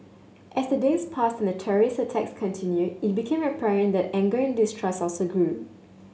as the days passed and the terrorist attacks continued it became apparent that anger and distrust also grew